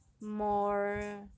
more